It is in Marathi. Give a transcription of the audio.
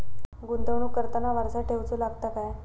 गुंतवणूक करताना वारसा ठेवचो लागता काय?